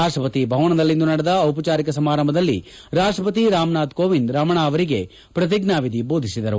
ರಾಪ್ಪಪತಿ ಭವನದಲ್ಲಿಂದು ನಡೆದ ಚಿಪಚಾರಿಕ ಸಮಾರಂಭದಲ್ಲಿ ರಾಷ್ಪಪತಿ ರಾಮನಾಥ್ ಕೋವಿಂದ್ ರಮಣ ಅವರಿಗೆ ಪ್ರತಿಜ್ಞಾನಿಧಿ ಬೋಧಿಸಿದರು